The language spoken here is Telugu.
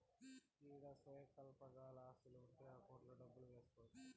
ఈడ స్వల్పకాల ఆస్తులు ఉంటే అకౌంట్లో డబ్బులు వేసుకోవచ్చు